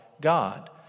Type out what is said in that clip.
God